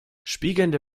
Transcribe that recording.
spiegelnde